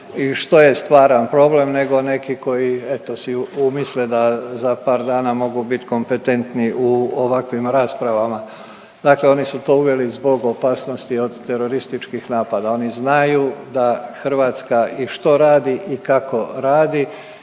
i što je stvaran problem nego neki koji eto si umisle da za par dana mogu biti kompetentni u ovakvim raspravama. Dakle, oni su to uveli zbog opasnosti od terorističkih napada. Oni znaju da Hrvatska i što radi i kako radi